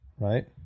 right